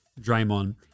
Draymond